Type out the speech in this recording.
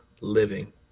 living